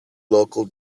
local